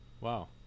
wow